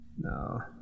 No